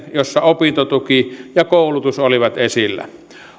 jossa opintotuki ja koulutus olivat esillä pidettiin eilen